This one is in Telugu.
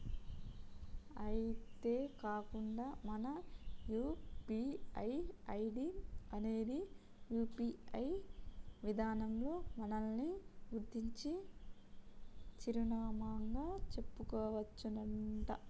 అంతేకాకుండా మన యూ.పీ.ఐ ఐడి అనేది యూ.పీ.ఐ విధానంలో మనల్ని గుర్తించే చిరునామాగా చెప్పుకోవచ్చునంట